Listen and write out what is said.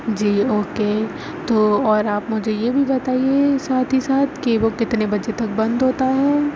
جی okay تو اور آپ مجھے یہ بھی بتائیے ساتھ ہی ساتھ کہ وہ کتنے بجے تک بند ہوتا ہے